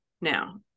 now